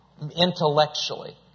intellectually